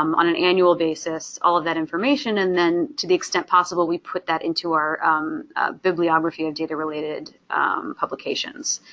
um on an annual basis, all of that information and then to the extent possible we put that into our bibliography of data related publications.